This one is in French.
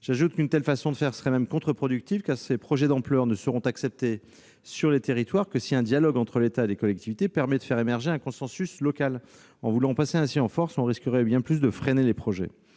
J'ajoute qu'une telle façon de faire serait même contre-productive, car ces projets d'ampleur ne seront acceptés, sur le territoire, que si un dialogue entre l'État et les collectivités permet de faire émerger un consensus local ; en voulant passer ainsi en force, on risquerait bien plus de freiner les projets.